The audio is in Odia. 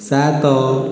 ସାତ